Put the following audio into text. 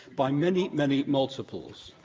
by many, many multiples.